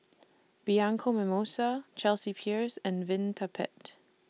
Bianco Mimosa Chelsea Peers and Vitapet